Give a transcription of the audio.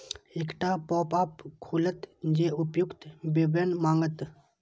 एकटा पॉपअप खुलत जे उपर्युक्त विवरण मांगत